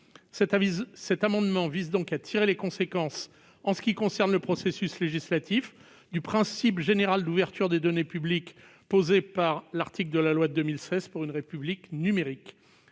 Cet amendement vise donc à tirer les conséquences, pour ce qui concerne le processus législatif, du principe général d'ouverture des données publiques posé par l'article 1de la loi du 7 octobre 2016 pour une République numérique.